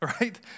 right